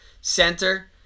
center